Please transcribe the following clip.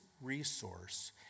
resource